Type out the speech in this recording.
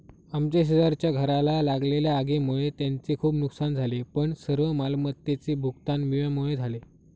आमच्या शेजारच्या घराला लागलेल्या आगीमुळे त्यांचे खूप नुकसान झाले पण सर्व मालमत्तेचे भूगतान विम्यामुळे झाले